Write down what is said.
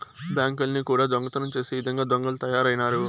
బ్యాంకుల్ని కూడా దొంగతనం చేసే ఇదంగా దొంగలు తయారైనారు